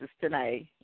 tonight